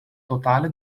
totale